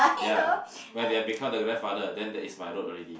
ya when I become the grandfather then is my road already